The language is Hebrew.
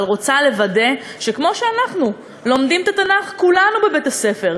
אבל רוצה לוודא שכמו שאנחנו לומדים את התנ"ך כולנו בבית-הספר,